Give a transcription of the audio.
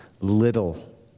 little